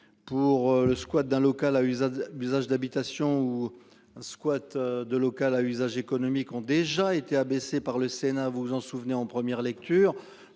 pour le squat d'un local à usage d'usage d'habitation ou un squat de local à usage économique ont déjà été abaissée par le Sénat, vous vous en souvenez en première lecture